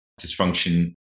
dysfunction